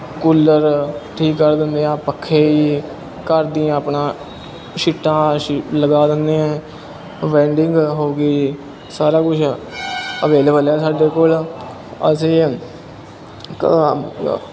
cooler ਠੀਕ ਕਰ ਦਿੰਦੇ ਹਾਂ ਪੱਖੇ ਜੀ ਘਰ ਦੀ ਆਪਣਾ ਸ਼ੀਟਾਂ ਲਗਾ ਦਿੰਦੇ ਹਾਂ ਵੈਲਡਿੰਗ ਹੋ ਗਈ ਸਾਰਾ ਕੁਛ ਅਵੇਲੇਬਲ ਹੈ ਸਾਡੇ ਕੋਲ ਅਸੀਂ